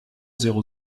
zéro